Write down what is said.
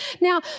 Now